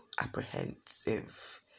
apprehensive